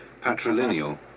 patrilineal